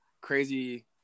crazy